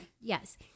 Yes